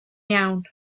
iawn